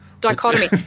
Dichotomy